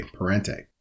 Parente